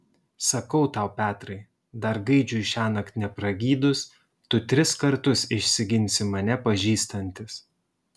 sakau tau petrai dar gaidžiui šiąnakt nepragydus tu tris kartus išsiginsi mane pažįstantis